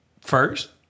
First